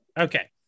okay